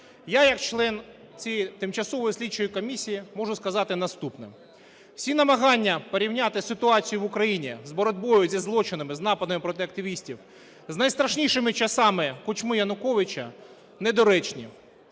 Я як член цієї тимчасової слідчої комісії можу сказати наступне. Всі намагання порівняти ситуацію в Україні з боротьбою зі злочинами, з нападами проти активістів з найстрашнішими часами Кучми-Януковича недоречні.